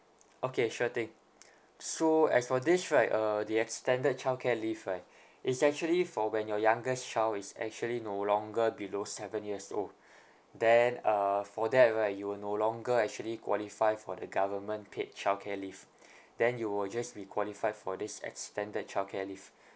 okay sure thing so as for this right uh the extended childcare leave right it's actually for when your youngest child is actually no longer below seven years old then uh for that right you will no longer actually qualify for the government paid childcare leave then you will just be qualified for this extended childcare leave